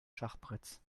schachbretts